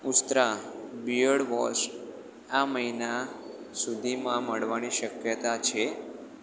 Ustraa beard wash આ મહિના સુધીમાં મળવાની શક્યતા છે